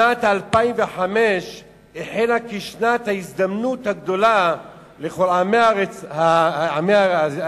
שנת 2005 החלה כשנת ההזדמנות הגדולה לכל עמי האזור,